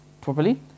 Properly